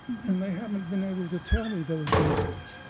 and they haven't been able to tell me those reasons.